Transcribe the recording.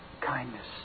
kindness